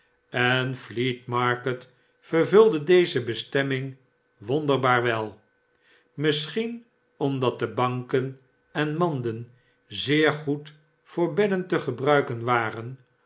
en fleet market vervulde deze bestemming wonderbaar wel misschien omdat de banken en manden zeer goed voor bedden te gebruiken waren